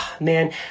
Man